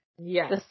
Yes